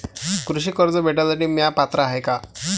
कृषी कर्ज भेटासाठी म्या पात्र हाय का?